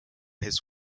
his